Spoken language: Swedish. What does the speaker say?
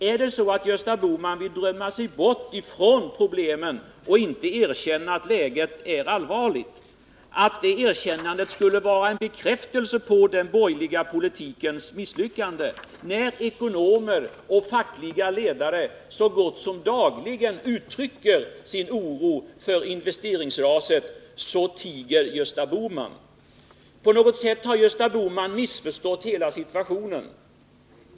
Är det så att Gösta Bohman vill drömma sig bort från problemen och inte erkänna att läget är allvarligt, att det erkännandet skulle vara en bekräftelse på den borgerliga politikens misslyckande? När ekonomer och fackliga ledare så gott som dagligen uttrycker sin oro över investeringsraset, så tiger Gösta Bohman. På något sätt har Gösta Bohman missförstått hela situationen.